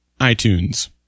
iTunes